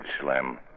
Slim